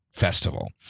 festival